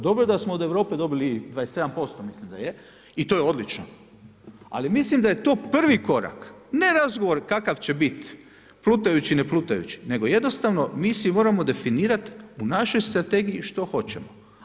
Dobro je dasmo od Europe dobili 27%, mislim da je, i je odlično, ali mislim da je prvi korak ne razgovora kakav će bit, plutajući, neplutajući nego jednostavno mi si moramo definirati u našoj strategiji što hoćemo.